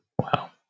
Wow